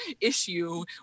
issue